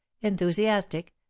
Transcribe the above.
Enthusiastic